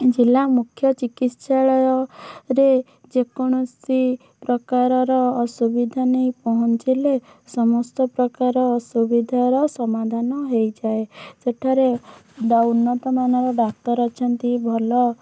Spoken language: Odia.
ଜିଲ୍ଲା ମୁଖ୍ୟ ଚିକିତ୍ସାଳୟ ରେ ଯେକୌଣସି ପ୍ରକାରର ଅସୁବିଧା ନେଇ ପହଞ୍ଚିଲେ ସମସ୍ତ ପ୍ରକାର ଅସୁବିଧାର ସମାଧାନ ହେଇଯାଏ ସେଠାରେ ବା ଉନ୍ନତମାନର ଡାକ୍ତର ଅଛନ୍ତି ଭଲ